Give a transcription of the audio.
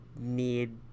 need